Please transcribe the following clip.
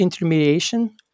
intermediation